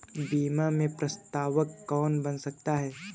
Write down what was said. बीमा में प्रस्तावक कौन बन सकता है?